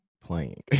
playing